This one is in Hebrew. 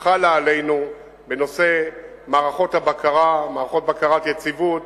חלה עלינו בנושא מערכות הבקרה, מערכות בקרת יציבות